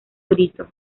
brito